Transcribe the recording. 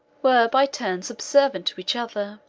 were by turns subservient to each other